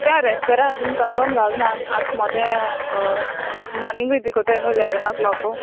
तें रेसपेरा अजून कनफर्म जालें ना आतां मोदें मोर्नींगूय बी कोत्ताय न्हू इलेवन क्लोक